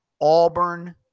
Auburn